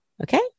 Okay